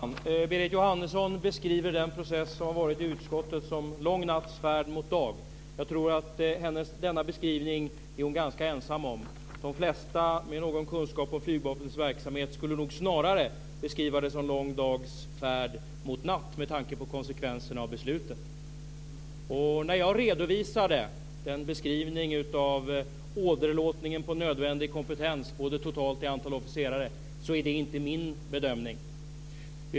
Fru talman! Berit Jóhannesson beskriver den process som varit i utskottet som lång natts färd mot dag. Jag tror att hon är ganska ensam om denna beskrivning. De flesta med någon kunskap om flygvapnets verksamhet skulle nog snarare beskriva det som lång dags färd mot natt med tanke på konsekvenserna av beslutet. När jag redovisade beskrivningen av åderlåtningen på nödvändig kompetens och totalt antal officerare är det inte min bedömning.